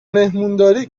مهمونداری